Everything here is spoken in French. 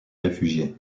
réfugié